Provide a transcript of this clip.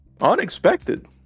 Unexpected